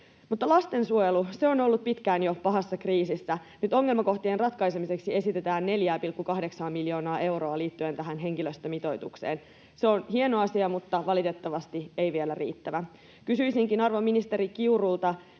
Lastensuojelu on ollut jo pitkään pahassa kriisissä. Nyt ongelmakohtien ratkaisemiseksi esitetään 4,8:aa miljoonaa euroa liittyen tähän henkilöstömitoitukseen. Se on hieno asia, mutta valitettavasti se ei vielä riitä. Kysyisinkin arvon ministeri Kiurulta: